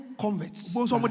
converts